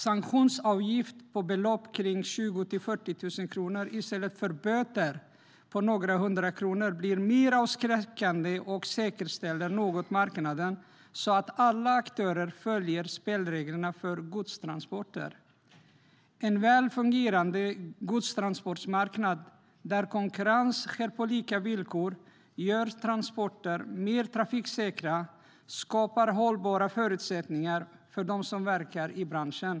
Sanktionsavgift på belopp mellan 20 000 och 40 000 kronor i stället för böter på några hundra kronor blir mer avskräckande och säkerställer något marknaden så att alla aktörer följer spelreglerna för godstransporter. En väl fungerande godstransportmarknad, där konkurrens sker på lika villkor, gör transporter mer trafiksäkra och skapar hållbara förutsättningar för dem som verkar i branschen.